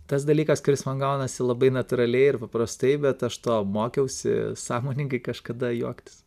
tas dalykas kuris man gaunasi labai natūraliai ir paprastai bet aš to mokiausi sąmoningai kažkada juoktis